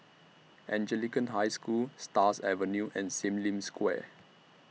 Anglican High School Stars Avenue and SIM Lim Square